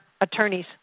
attorneys